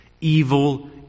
evil